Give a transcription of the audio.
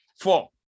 Four